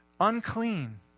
Unclean